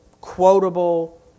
quotable